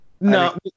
No